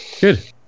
Good